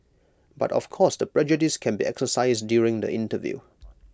but of course the prejudice can be exercised during the interview